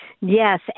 Yes